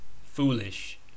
foolish